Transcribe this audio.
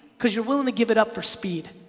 cause you're willin to give it up for speed.